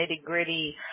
nitty-gritty